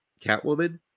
Catwoman